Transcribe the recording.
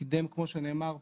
כפי שנאמר פה,